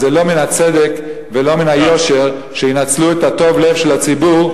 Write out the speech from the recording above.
זה לא מן הצדק ולא מן היושר שינצלו את טוב הלב של הציבור,